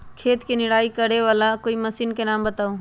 खेत मे निराई करे वाला कोई मशीन के नाम बताऊ?